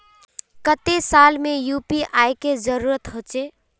केते साल में यु.पी.आई के जरुरत होचे?